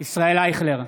ישראל אייכלר,